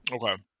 Okay